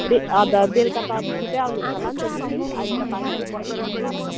बे अब बेलुका त अलिक छिट्टै आउनुहुन्छ होला नि त नि मिस अहिले त पानीहरू परिबस्छ